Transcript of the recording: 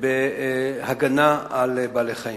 בהגנה על בעלי-חיים.